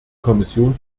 kommission